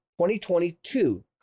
2022